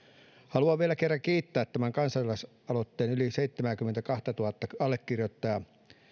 haluan vielä kerran kiittää tämän kansalaisaloitteen yli seitsemääkymmentäkahtatuhatta allekirjoittajaa